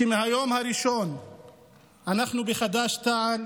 ומהיום הראשון אנחנו בחד"ש-תע"ל